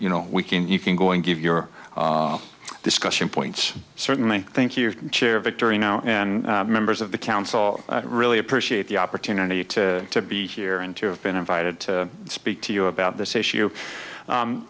you know we can you can go and give your discussion points certainly i think you chair a victory now and members of the council really appreciate the opportunity to be here and to have been invited to speak to you about this issue